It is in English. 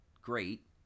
great